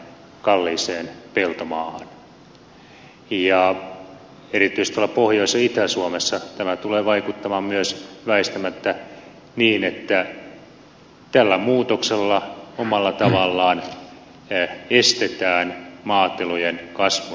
ja erityisesti tuolla pohjois ja itä suomessa tämä tulee vaikuttamaan väistämättä myös niin että tällä muutoksella omalla tavallaan estetään maatilojen kasvun mahdollisuudet